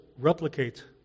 replicate